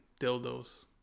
dildos